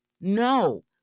no